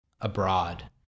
abroad